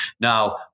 Now